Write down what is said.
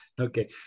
Okay